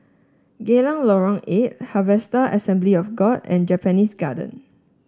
Geylang Lorong Eight Harvester Assembly of God and Japanese Garden